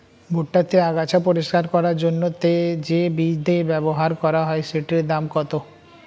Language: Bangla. ভুট্টা তে আগাছা পরিষ্কার করার জন্য তে যে বিদে ব্যবহার করা হয় সেটির দাম কত?